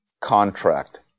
contract